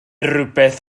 rhywbeth